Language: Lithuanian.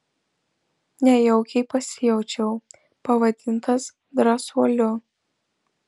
nejaukiai pasijaučiau pavadintas drąsuoliu